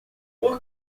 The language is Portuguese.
por